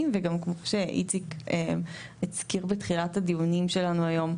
וכמו שאיציק הזכיר בתחילת הדיונים שלנו היום,